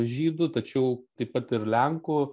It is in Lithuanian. žydų tačiau taip pat ir lenkų